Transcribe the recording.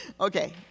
okay